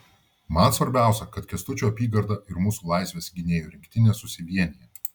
man svarbiausia kad kęstučio apygarda ir mūsų laisvės gynėjų rinktinė susivienija